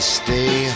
stay